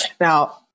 Now